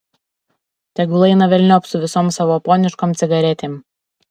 tegul eina velniop su visom savo poniškom cigaretėm